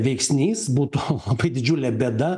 veiksnys būtų labai didžiulė bėda